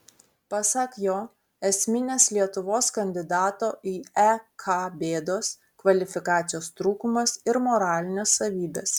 pasak jo esminės lietuvos kandidato į ek bėdos kvalifikacijos trūkumas ir moralinės savybės